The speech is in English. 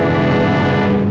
and